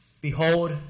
behold